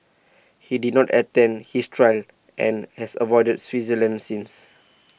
he did not attend his trial and has avoided Switzerland since